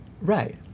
Right